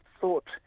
thought